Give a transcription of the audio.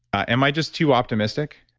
am i just too optimistic?